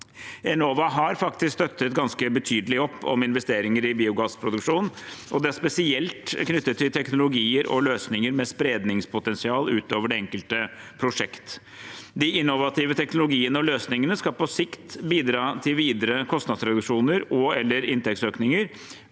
Enova har støttet ganske betydelig opp om investeringer i biogassproduksjon, og det er spesielt knyttet til teknologier og løsninger med spredningspotensial utover det enkelte prosjekt. De innovative teknologiene og løsningene skal på sikt bidra til videre kostnadsreduksjoner og/eller inntektsøkninger